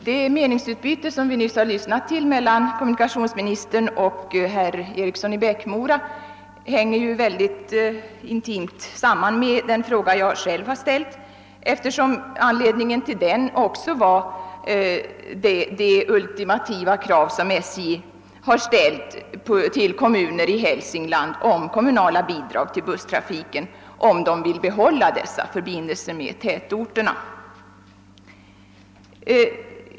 Det meningsutbyte som vi nyss har lyssnat till mellan kommunikationsministern och herr Eriksson i Bäckmora hänger intimt samman med den fråga som jag själv har ställt, eftersom anledningen till den också var det ultimativa krav som SJ har ställt till kommuner i Hälsingland om kommunala bidrag till busstrafiken, om de vill behålla förbindelser med tätorterna.